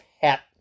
hat